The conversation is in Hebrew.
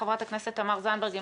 חברת הכנסת תמר זנדברג,